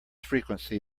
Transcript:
frequency